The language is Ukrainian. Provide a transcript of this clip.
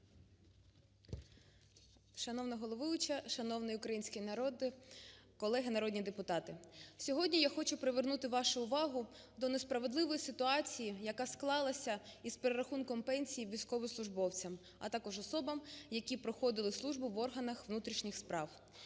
Шановна головуюча! Шановний український народ, колеги народні депутати! Сьогодні я хочу привернути вашу увагу до несправедливої ситуації, яка склалася із перерахунком пенсій військовослужбовцям, а також особам, які проходили службу в органах внутрішніх справ.